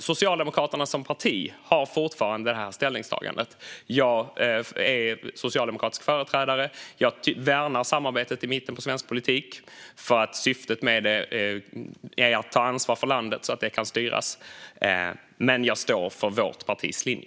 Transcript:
Socialdemokraterna som parti gör fortfarande detta ställningstagande. Jag är socialdemokratisk företrädare, och jag värnar samarbetet i mitten av svensk politik för att syftet med det är att ta ansvar för landet så att det kan styras. Men jag står för vårt partis linje.